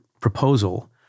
proposal